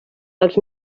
els